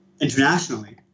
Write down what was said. internationally